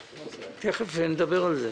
תיכף נדבר על זה.